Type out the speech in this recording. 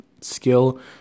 skill